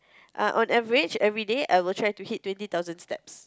err on average every day I'll try to hit twenty thousand steps